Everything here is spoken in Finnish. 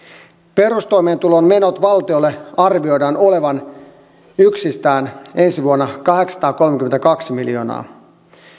perustoimeentulon menojen valtiolle arvioidaan olevan yksistään ensi vuonna kahdeksansataakolmekymmentäkaksi miljoonaa